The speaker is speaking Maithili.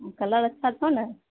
कलर अच्छा छौ नहि